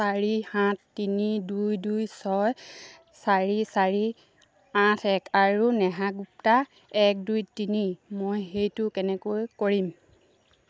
চাৰি সাত তিনি দুই দুই ছয় চাৰি চাৰি আঠ এক আৰু নেহা গুপ্তা এক দুই তিনি মই সেইটো কেনেকৈ কৰিম